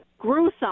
gruesome